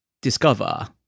discover